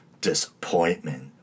disappointment